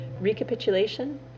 recapitulation